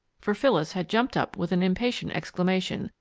for phyllis had jumped up with an impatient exclamation,